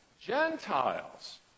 Gentiles